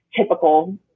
typical